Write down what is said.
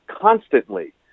constantly